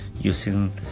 using